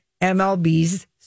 MLB's